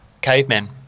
cavemen